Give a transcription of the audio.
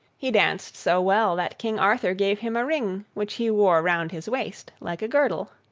he danced so well that king arthur gave him a ring, which he wore round his waist like a girdle.